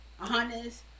honest